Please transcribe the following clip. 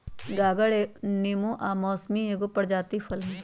गागर नेबो आ मौसमिके एगो प्रजाति फल हइ